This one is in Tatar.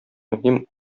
мөһим